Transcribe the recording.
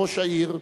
ראש העיר,